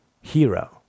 hero